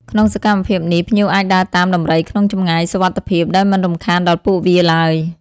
ក្នុងសកម្មភាពនេះ ភ្ញៀវអាចដើរតាមដំរីក្នុងចម្ងាយសុវត្ថិភាព ដោយមិនរំខានដល់ពួកវាឡើយ។